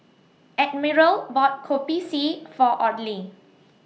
Admiral bought Kopi C For Audley